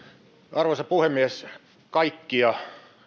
arvoisa puhemies kaikkia